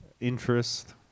interest